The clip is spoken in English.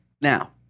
Now